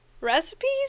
recipes